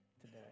today